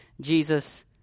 Jesus